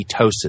ketosis